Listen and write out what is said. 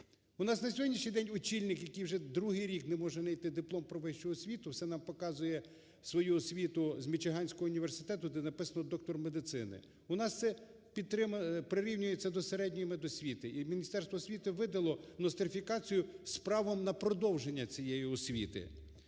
У нас на сьогоднішній день очільник, який вже другий рік не може знайти диплом про вищу освіту, все нам показує свою освіту з Мічиганського університету, де написано доктор медицини. У нас це прирівнюється до медосвіти і Міністерство освіти видало нострифікацію з правом на продовження цієї освіти.